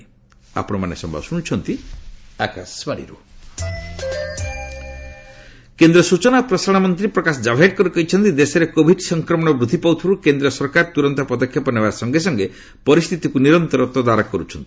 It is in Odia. ସେଣ୍ଟର ଜାଭଡେକର କେନ୍ଦ୍ର ସୂଚନା ଓ ପ୍ରସାରଣ ମନ୍ତ୍ରୀ ପ୍ରକାଶ ଜାଭଡେକର କହିଚ୍ଚନ୍ତି ଦେଶରେ କୋଭିଡ ସଂକ୍ରମଣ ବୃଦ୍ଧି ପାଉଥିବାରୁ କେନ୍ଦ୍ର ସରକାର ତୁରନ୍ତ ପଦକ୍ଷେପ ନେବା ସଙ୍ଗେ ସଙ୍ଗେ ପରିସ୍ଥିତିକୁ ନିରନ୍ତର ତଦାରଖ କରୁଛନ୍ତି